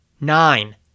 Nine